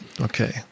okay